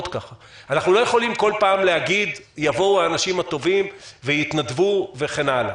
אנחנו לא יכולים כל פעם להגיד שיבואו האנשים הטובים ויתנדבו וכן הלאה.